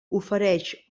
ofereix